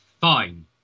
fine